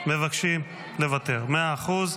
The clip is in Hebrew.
מבקשים לוותר, מאה אחוז.